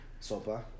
Sopa